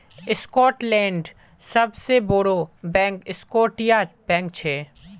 स्कॉटलैंडेर सबसे बोड़ो बैंक स्कॉटिया बैंक छे